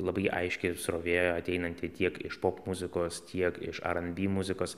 labai aiški srovė ateinanti tiek iš popmuzikos tiek iš aranby muzikos